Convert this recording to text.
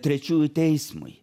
trečiųjų teismui